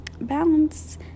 balance